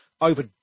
over